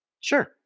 Sure